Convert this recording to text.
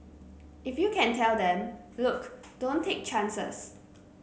if you can tell them look don't take chances